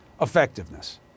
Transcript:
effectiveness